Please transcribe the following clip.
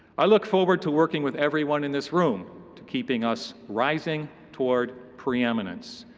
i look forward to working with everyone in this room to keeping us rising toward preeminence.